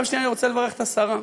דבר שני, אני רוצה לברך את השרה,